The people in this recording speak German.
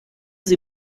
sie